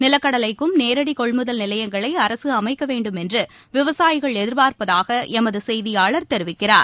நிலக்கடலைக்கும் நேரடிகொள்முதல் நிலையங்களைஅரசுஅமைக்கவேண்டும் என்றுவிவசாயிகள் எதிர்பார்ப்பதாகஎமதுசெய்தியாளர் தெரிவிக்கிறார்